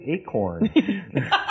acorn